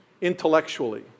intellectually